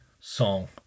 song